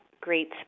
great